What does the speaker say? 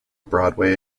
broadway